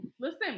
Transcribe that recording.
Listen